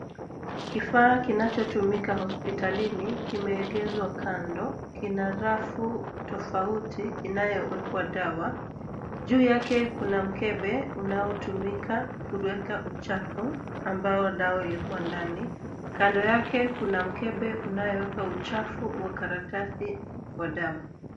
Kifaa kinachotumika hospitalini, kimeegezwa kando, kina rafu tofauti inayowekwa dawa. Juu yake kuna mkebe unaotumika kuweka uchafu ambao dawa ulikuwa ndani. Kando yake kuna mkebe unaoweka uchafu wa karatasi wa dawa.